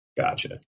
Gotcha